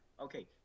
Okay